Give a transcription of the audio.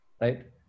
Right